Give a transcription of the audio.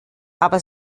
aber